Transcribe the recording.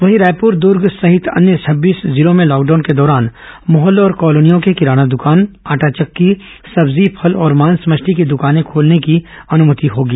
वहीं रायपुर दर्ग सहित अन्य छब्बीस जिलों में लॉकडाउन के दौरान मोहल्लों और कॉलोनियों के किराना दकान आटा चक्की सब्जी फल और मांस मछली की दुकानें खोलने की अनुमति होगी